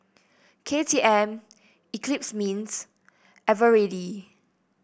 K T M Eclipse Mints Eveready